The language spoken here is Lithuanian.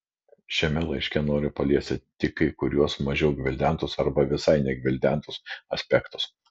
šiame laiške noriu paliesti tik kai kuriuos mažiau gvildentus arba visai negvildentus aspektus